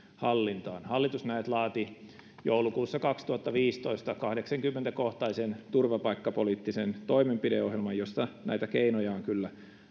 hallintaan hallitus näet laati vuoden kaksituhattaviisitoista joulukuussa kahdeksankymmentä kohtaisen turvapaikkapoliittisen toimenpideohjelman jossa näitä keinoja on kyllä